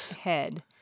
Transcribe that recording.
head